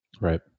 Right